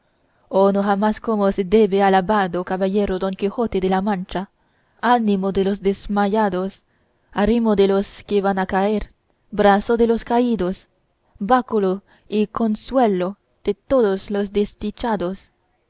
oh no jamás como se debe alabado caballero don quijote de la mancha ánimo de los desmayados arrimo de los que van a caer brazo de los caídos báculo y consuelo de todos los desdichados